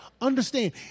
understand